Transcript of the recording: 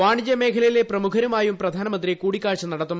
വാണിജ്യമേഖലയിലെ പ്രമുഖരുമായും പ്രധാനമന്ത്രി കൂടിക്കാഴ്ച നടത്തും